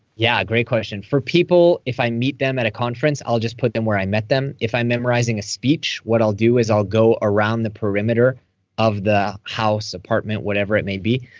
yeah, great question. for people, if i meet them at a conference, i'll just put them where i met them. if i'm memorizing a speech, what i'll do is i'll go around the perimeter of the house, apartment, whatever it may be.